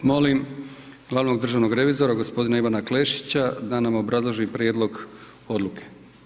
Molim Glavnog državnog revizora gospodina Ivana Klešića da nam obrazloži prijedlog odluke.